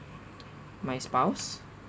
my spouse